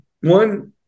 one